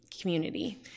community